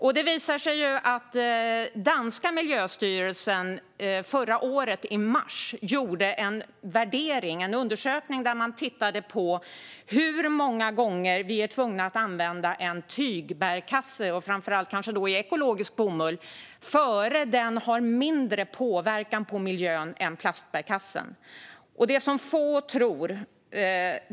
I mars förra året gjorde den danska miljöstyrelsen en undersökning om hur många gånger vi är tvungna att använda en tygbärkasse, och kanske framför allt av ekologisk bomull, innan den har mindre påverkan på miljön än vad plastbärkassen har.